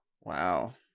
wow